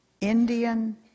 Indian